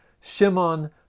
Shimon